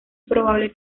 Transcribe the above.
probable